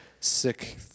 Sick